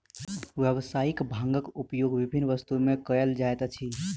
व्यावसायिक भांगक उपयोग विभिन्न वस्तु में कयल जाइत अछि